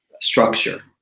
structure